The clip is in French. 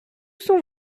sont